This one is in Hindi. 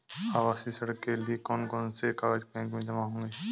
आवासीय ऋण के लिए कौन कौन से कागज बैंक में जमा होंगे?